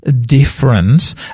difference